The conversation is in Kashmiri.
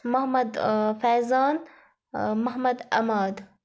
محمد فیضان محمد اماد